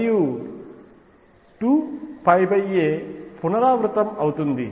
మరియు 2a పునరావృతమవుతుంది